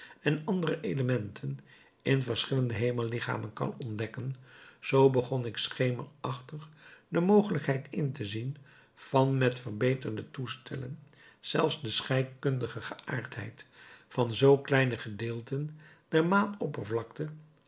en andere elementen in verschillende hemellichamen kan ontdekken zoo begon ik schemerachtig de mogelijkheid in te zien van met verbeterde toestellen zelfs de scheikundige geaardheid van zoo kleine gedeelten der